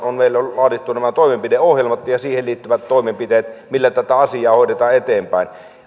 on meillä laadittu nämä toimenpideohjelmat ja niihin liittyvät toimenpiteet millä tätä asiaa hoidetaan eteenpäin